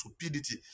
stupidity